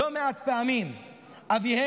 לא מעט פעמים אבותיהם,